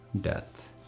death